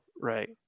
Right